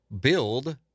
build